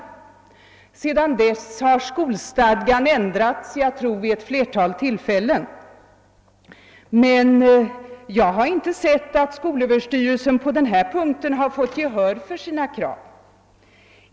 Sedan dess har skolstadgan ändrats — jag tror vid ett flertal tillfällen — men jag har inte sett att skolöverstyrelsen på denna punkt har fått gehör för sina krav.